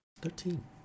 Thirteen